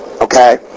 Okay